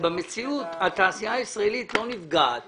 שבמציאות התעשייה הישראלית לא נפגעת כי